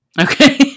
okay